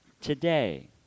today